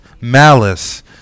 malice